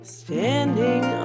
standing